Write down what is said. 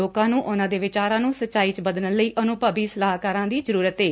ਲੋਕਾਂ ਨੂੰ ਉਨੂਾਂ ਦੇ ਵਿਚਾਰਾਂ ਨੂੰ ਸਚਾਈ ਚ ਬਦਲਣ ਲਈ ਅਨੁਭਵੀ ਸਲਾਹਕਾਰਾਂ ਦੀ ਜ਼ਰਰਤ ਏ